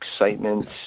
excitement